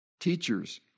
teachers